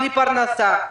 בלי פרנסה.